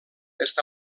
està